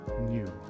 new